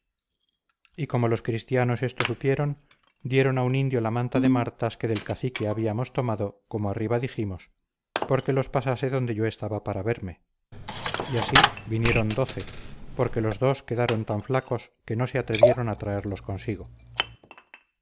y como los cristianos esto supieron dieron a un indio la manta de martas que del cacique habíamos tomado como arriba dijimos porque los pasase donde yo estaba para verme y así vinieron doce porque los dos quedaron tan flacos que no se atrevieron a traerlos consigo